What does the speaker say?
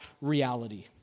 reality